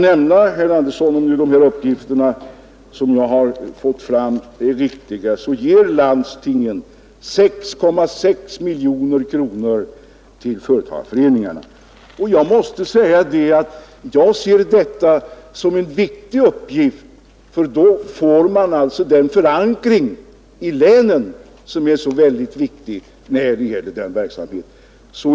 Om nu de här uppgifterna som jag har fått fram är riktiga så ger landstingen 6,6 miljoner kronor till företagarföreningarna. Jag ser detta som en viktig uppgift, för då får man den förankring i länet som är så betydelsefull när det gäller den verksamheten.